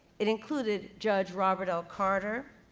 it included judge robert l. carter,